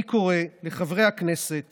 אני קורא לחברי הכנסת